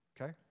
okay